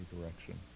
direction